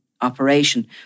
operation